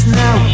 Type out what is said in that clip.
now